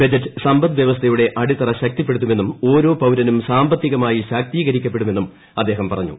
ബ്ജിറ്റ് സമ്പദ്വ്യവസ്ഥയുടെ അടിത്തറ ശക്തിപ്പെടുത്തുമെന്നും ഓരോ പൌരനും സാമ്പത്തികമായി ശാക്തീകരിക്കപ്പെടുമെന്നും അദ്ദേഹം പറഞ്ഞു